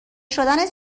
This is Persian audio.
شدن